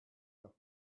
vor